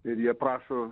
ir jie prašo